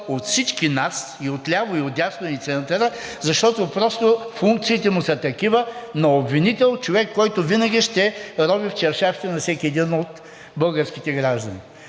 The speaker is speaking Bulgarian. от всички нас – и отляво, и отдясно, и центъра, защото просто функциите му са такива, на обвинител, който винаги ще рови в чаршафите на всеки един от българските граждани.